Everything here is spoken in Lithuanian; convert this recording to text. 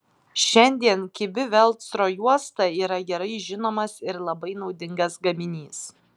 šiandien kibi velcro juosta yra gerai žinomas ir labai naudingas gaminys